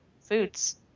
foods